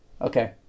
Okay